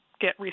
get